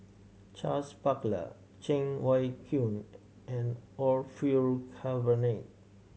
Charles Paglar Cheng Wai Keung and Orfeur Cavenagh